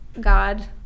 god